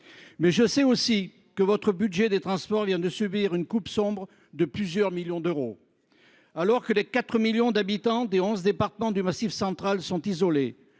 je sais aussi que le budget des transports vient de subir une coupe claire de plusieurs millions d’euros. Les 4 millions d’habitants des onze départements du Massif central sont isolés.